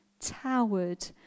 towered